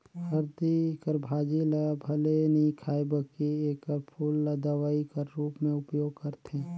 हरदी कर भाजी ल भले नी खांए बकि एकर फूल ल दवई कर रूप में उपयोग करथे